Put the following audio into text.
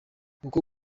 uko